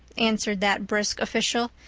answered that brisk official.